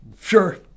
sure